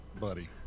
buddy